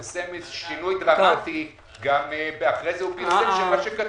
אחר כך אמרו שמה שכתוב,